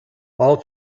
all